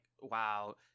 Wow